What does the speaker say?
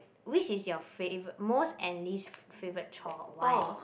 which is your favourite most and least favourite chore why